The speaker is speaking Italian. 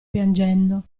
piangendo